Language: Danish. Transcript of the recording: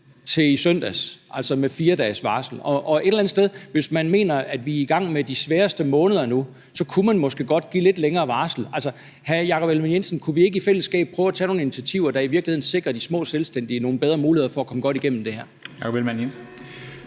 i onsdags, altså med 4 dages varsel, og hvis man mener, at vi er i gang med de sværeste måneder nu, kunne man måske godt give et lidt længere varsel. Så hr. Jakob Ellemann-Jensen, kunne vi ikke i fællesskab prøve at tage nogle initiativer, der i virkeligheden sikrer de små selvstændige nogle bedre muligheder for at komme godt igennem det her? Kl.